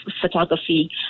photography